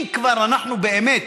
אם כבר אנחנו באמת